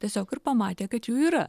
tiesiog ir pamatė kad jų yra